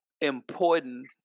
important